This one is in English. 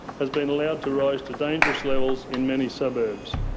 has been allowed to rise to dangerous levels in many suburbs.